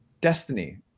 destiny